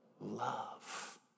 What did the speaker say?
love